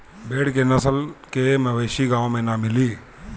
भेड़ के नस्ल के मवेशी गाँव में ना मिली